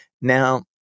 Now